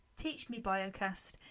teachmebiocast